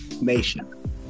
Nation